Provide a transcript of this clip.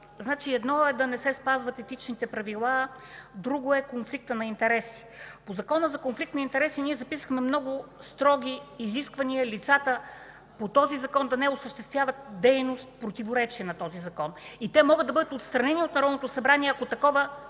си. Едно е да не се спазват Етичните правила, друго е конфликтът на интереси. По Закона за конфликт на интереси ние записахме много строги изисквания – лицата по този закон да не осъществяват дейност в противоречие на този закон. И те могат да бъдат отстранени от Народното събрание, ако такова